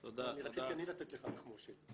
--- רציתי אני לתת לך תחמושת.